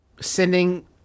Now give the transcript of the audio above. sending